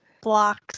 blocks